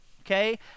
okay